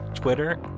twitter